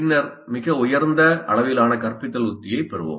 பின்னர் மிக உயர்ந்த அளவிலான கற்பித்தல் உத்தியைப் பெறுவோம்